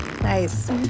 Nice